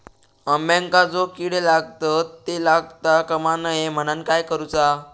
अंब्यांका जो किडे लागतत ते लागता कमा नये म्हनाण काय करूचा?